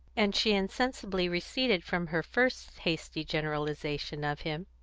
and she insensibly receded from her first hasty generalisation of him,